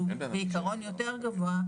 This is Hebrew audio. שהוא בעיקרון גבוה יותר,